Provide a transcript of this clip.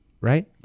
right